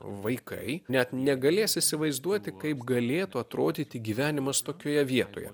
vaikai net negalės įsivaizduoti kaip galėtų atrodyti gyvenimas tokioje vietoje